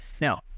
Now